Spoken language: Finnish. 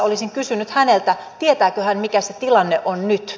olisin kysynyt häneltä tietääkö hän mikä se tilanne on nyt